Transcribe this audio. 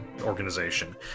organization